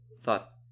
thought